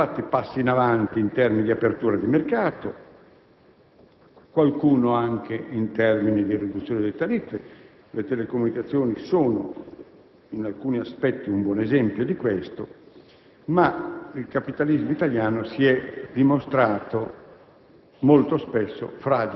sistema. Sono stati fatti passi in avanti in termini di apertura di mercato, qualcuno anche in termini di riduzione delle tariffe. Le telecomunicazioni sono in alcuni aspetti un buon esempio di questo, ma il capitalismo italiano si è dimostrato